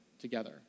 together